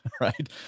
right